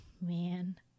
man